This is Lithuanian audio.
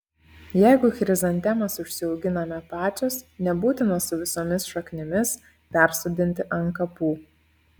jeigu chrizantemas užsiauginame pačios nebūtina su visomis šaknimis persodinti ant kapų